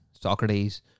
Socrates